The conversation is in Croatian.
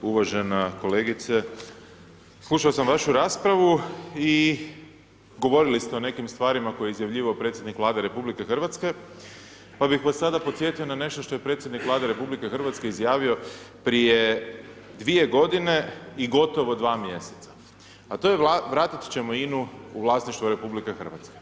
Uvažena kolegice, slušao sam vašu raspravu i govorili ste o nekim stvarima koje je izjavljivao predsjednik Vlade RH pa bih vas sada podsjetio na nešto što je predsjednik Vlade RH izjavio prije 2 godine i gotovo 2 mjeseca a to je vratiti ćemo INA-u u vlasništvo RH.